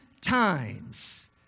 times